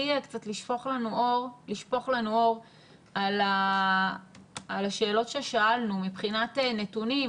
לשפוך לנו אור על השאלות ששאלנו מבחינת נתונים,